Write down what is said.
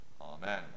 Amen